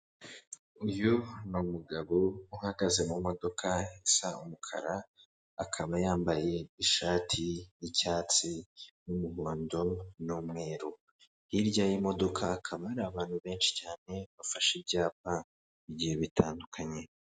Uyu ni umugabo uhagaze mu modoka isa umukara akaba yambaye ishati y'icyatsi n'umuhondo, n'umweru hirya y'imodokakaba ari abantu benshi cyane bafashe ibyapa bigiye bitandukanye.